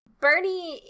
Bernie